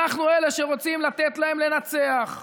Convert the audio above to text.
אנחנו אלה שרוצים לתת להם לנצח,